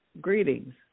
Greetings